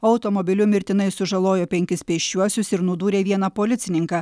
automobiliu mirtinai sužalojo penkis pėsčiuosius ir nudūrė vieną policininką